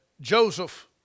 Joseph